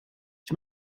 ich